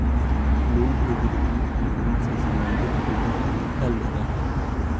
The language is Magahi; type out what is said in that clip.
लोन एग्रीमेंट में लोन से संबंधित विवरण लिखल रहऽ हई